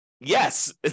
yes